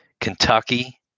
Kentucky